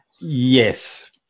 yes